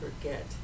forget